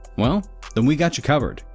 well then, we've got you covered.